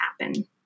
happen